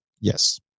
Yes